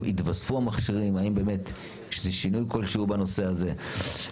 התווספו המכשירים האם יש איזה שינוי כלשהו בנושא הזה.